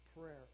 prayer